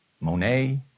Monet